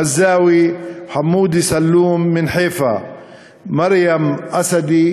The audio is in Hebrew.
מנאל עזאם ודועאא עבאס מכפר מע'אר,